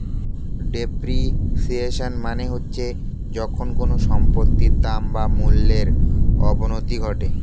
depreciation মানে হচ্ছে যখন কোনো সম্পত্তির দাম বা মূল্যর অবনতি ঘটে